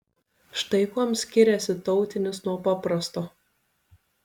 štai kuom skiriasi tautinis nuo paprasto